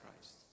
Christ